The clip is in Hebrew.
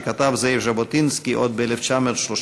שכתב זאב ז'בוטינסקי עוד ב-1932,